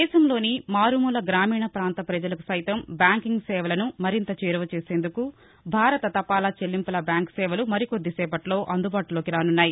దేశంలోని మారుమూల గ్రామీణ ప్రాంత ప్రజలకు సైతం బ్యాంకింగ్ సేవలను మరింత చేరువ చేసేందుకు భారత తపాలా చెల్లింపుల బ్యాంకు సేవలు మరికొద్దిసేపట్లో అందుబాటులోకి రానున్నాయి